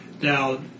Now